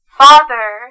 father